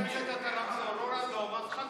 אז אתה תעשה בוועדת הכספים.